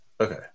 okay